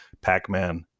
Pac-Man